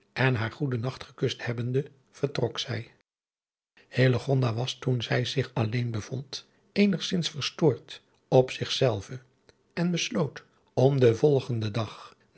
en haar goeden nacht gekust hebbende vertok zij hillegonda was toen zij zich alleen bevond eenigzins verstoord op zich zelve en besloot om den volgenden dag